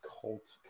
Colts